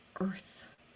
Earth